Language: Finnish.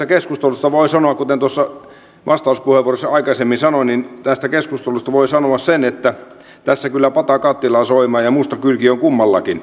käydystä keskustelusta voi sanoa kuten tuossa vastauspuheenvuorossa aikaisemmin sanoin tästä keskustelusta voi sanoa sen että tässä kyllä pata kattilaa soimaa ja musta kylki on kummallakin